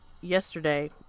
yesterday